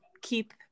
keep